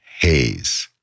haze